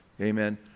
Amen